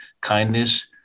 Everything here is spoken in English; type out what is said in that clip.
kindness